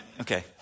Okay